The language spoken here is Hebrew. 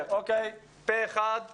הצבעה בעד פה אחד אושר פה אחד,